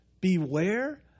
Beware